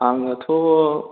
आङोथ'